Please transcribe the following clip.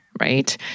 Right